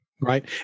right